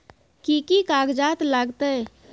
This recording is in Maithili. कि कि कागजात लागतै?